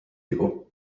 vigu